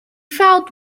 felt